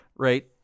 Right